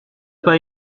pas